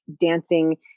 dancing